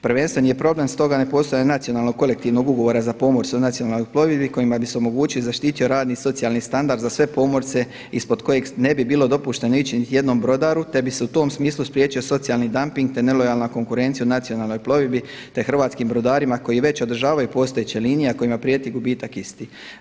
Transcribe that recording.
Prvenstveni je problem stoga nepostojanje nacionalnog kolektivnog ugovora za pomorstvo u nacionalnoj plovidbi kojima bi se omogućio i zaštitio radni socijalni standard za sve pomorce ispod kojeg ne bi bilo dopušteno ići niti jednom brodaru te bi se u tom smislu spriječio socijalni dumping te nelojalna konkurencija u nacionalnoj plovidbi te hrvatskim brodarima koji već održavaju postojeće linije a kojima prijeti gubitak istih.